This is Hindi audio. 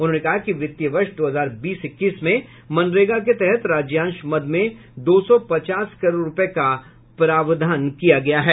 उन्होंने कहा कि वित्तीय वर्ष दो हजार बीस इक्कीस में मनरेगा के तहत राज्यांश मद में दो सौ पचास करोड़ रूपये का प्रावधान किया गया है